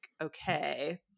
okay